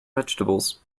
vegetables